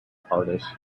artists